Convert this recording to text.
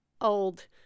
old